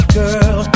girl